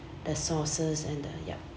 the sauces and the yup